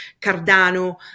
Cardano